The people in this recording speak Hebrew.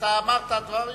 אתה אמרת דברים.